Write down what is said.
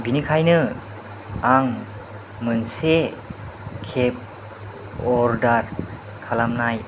बिनिखाइनो आं मोनसे cab order खालामनाय